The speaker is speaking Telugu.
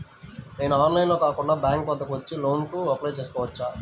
నేను ఆన్లైన్లో కాకుండా బ్యాంక్ వద్దకు వచ్చి లోన్ కు అప్లై చేసుకోవచ్చా?